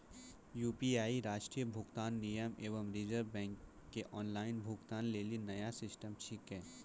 UPI राष्ट्रीय भुगतान निगम एवं रिज़र्व बैंक के ऑनलाइन भुगतान लेली नया सिस्टम छिकै